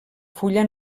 fulla